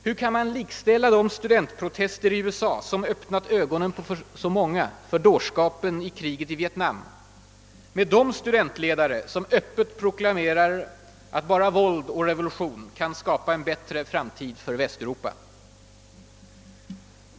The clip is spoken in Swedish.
Hur kan man likställa de studentprotester i USA som öppnat ögonen på så många för dårskapen i kriget i Vietnam med de studentledare som öppet proklamerar att bara våld och revolution kan skapa en bättre framtid för Västeuropa?